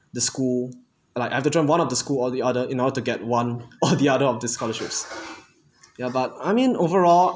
the school like I have to join one of the school or the other in order to get one or the other of the scholarships ya but I mean overall